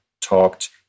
talked